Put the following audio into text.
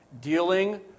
dealing